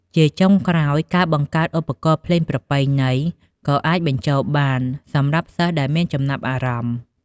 ជាចុងក្រោយ ការបង្កើតឧបករណ៍ភ្លេងប្រពៃណី ក៏អាចបញ្ចូលបាន សម្រាប់សិស្សដែលមានចំណាប់អារម្មណ៍។